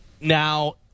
Now